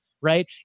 Right